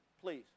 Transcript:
please